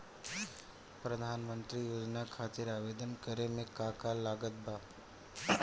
प्रधानमंत्री योजना खातिर आवेदन करे मे का का लागत बा?